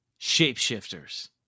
Shapeshifters